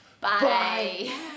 Bye